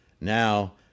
Now